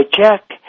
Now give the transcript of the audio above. check